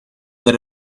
that